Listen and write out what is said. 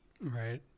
Right